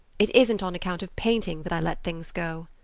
it isn't on account of painting that i let things go.